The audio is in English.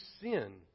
sin